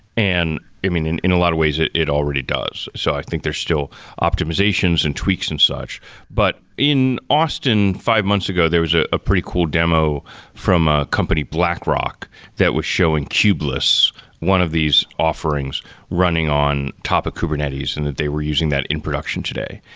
and mean, in in a lot of ways it it already does. so i think there's still optimizations and tweaks and such but in austin, five months ago there was ah a pretty cool demo from a company blackrock that was showing kubeless one of these offerings running on top of kubernetes and that they were using that in production today.